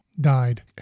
died